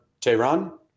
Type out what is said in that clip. Tehran